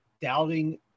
doubting